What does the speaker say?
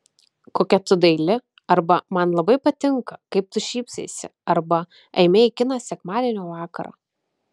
kokia tu daili arba man labai patinka kaip tu šypsaisi arba eime į kiną sekmadienio vakarą